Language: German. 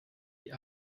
die